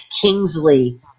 Kingsley